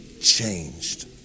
changed